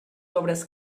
obres